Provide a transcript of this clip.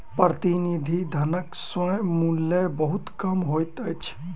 प्रतिनिधि धनक स्वयं मूल्य बहुत कम होइत अछि